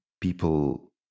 people